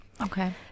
Okay